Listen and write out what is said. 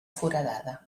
foradada